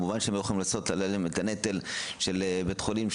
כמובן שהם לא יכולים להתמודד עם הנטל של בית חולים,